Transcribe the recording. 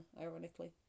ironically